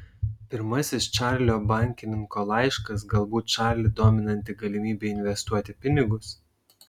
pirmasis čarlio bankininko laiškas galbūt čarlį dominanti galimybė investuoti pinigus